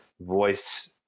voice